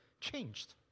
changed